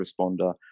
responder